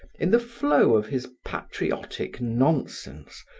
in the flow of his patriotic nonsense,